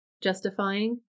justifying